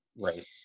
right